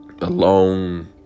alone